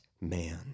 man